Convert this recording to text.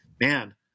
man